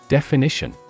Definition